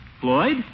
Floyd